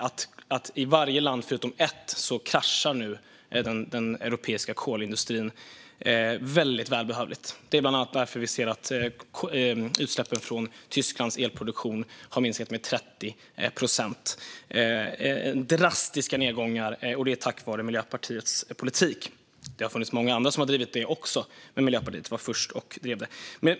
I alla länder utom ett kraschar nu den europeiska kolindustrin, vilket är välbehövligt. Det är därför vi nu ser att utsläppen från Tysklands elproduktion har minskat med 30 procent. Det är drastiska nedgångar, och det är tack vare Miljöpartiets politik. Det har funnits många andra som också har drivit på för detta, men Miljöpartiet var först.